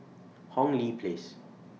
Hong Lee Place